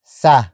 sa